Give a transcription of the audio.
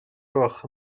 gwelwch